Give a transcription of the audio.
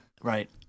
Right